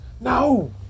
No